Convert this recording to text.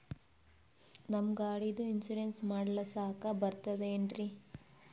ನಮ್ಮ ಗಾಡಿದು ಇನ್ಸೂರೆನ್ಸ್ ಮಾಡಸ್ಲಾಕ ಬರ್ತದೇನ್ರಿ?